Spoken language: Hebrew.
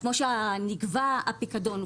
כפי שנקבע הפיקדון,